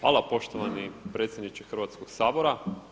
Hvala poštovani predsjedniče Hrvatskoga sabora.